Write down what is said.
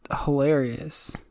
hilarious